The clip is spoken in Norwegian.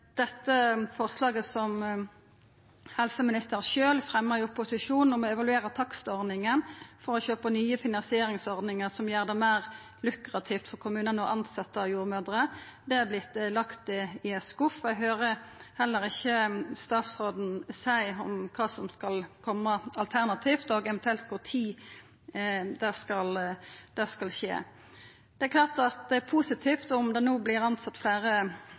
forslaget som bl.a. helseministeren sjølv fremja i opposisjon, om å evaluera takstordninga for å sjå på nye finansieringsordningar som gjer det meir lukrativt for kommunane å tilsetja jordmødrer, er vorte lagt i ein skuff. Eg høyrer heller ikkje statsråden seia noko om kva som skal koma alternativt, og eventuelt kva tid det skal skje. Det er klart at det er positivt om det no